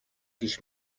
پیش